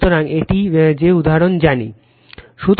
সুতরাং এই যে উদাহরণ জানি